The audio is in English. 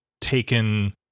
taken